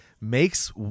makes